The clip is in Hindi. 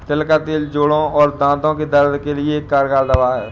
तिल का तेल जोड़ों और दांतो के दर्द के लिए एक कारगर दवा है